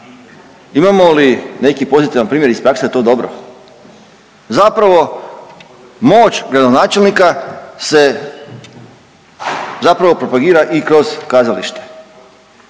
Imamo li neki pozitivan primjer iz prakse da je to dobro? Zapravo moć gradonačelnika se zapravo propagira i kroz kazalište.